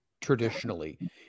traditionally